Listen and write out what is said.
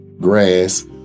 grass